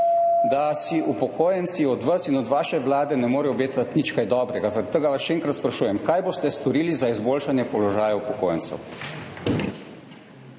da si upokojenci od vas in od vaše vlade ne morejo obetati nič kaj dobrega. Zaradi tega vas še enkrat sprašujem: Kaj boste storili za izboljšanje položaja upokojencev?